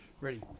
Ready